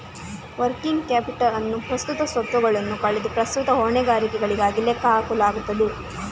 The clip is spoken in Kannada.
ವರ್ಕಿಂಗ್ ಕ್ಯಾಪಿಟಲ್ ಅನ್ನು ಪ್ರಸ್ತುತ ಸ್ವತ್ತುಗಳನ್ನು ಕಳೆದು ಪ್ರಸ್ತುತ ಹೊಣೆಗಾರಿಕೆಗಳಾಗಿ ಲೆಕ್ಕ ಹಾಕಲಾಗುತ್ತದೆ